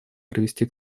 привести